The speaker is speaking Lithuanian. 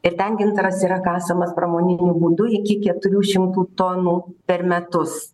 ir ten gintaras yra kasamas pramoniniu būdu iki keturių šimtų tonų per metus